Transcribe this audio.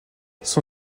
son